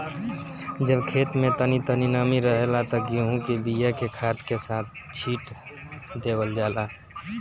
जब खेत में तनी तनी नमी रहेला त गेहू के बिया के खाद के साथ छिट देवल जाला